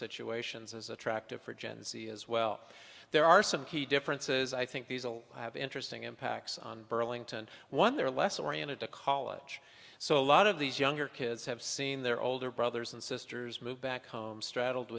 situations is attractive for gen z as well there are some key differences i think these will have interesting impacts on burlington one they're less oriented to college so a lot of these younger kids have seen their older brothers and sisters move back home str